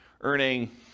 earning